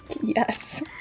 Yes